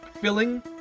filling